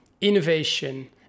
innovation